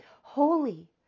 holy